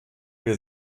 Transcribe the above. wir